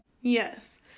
Yes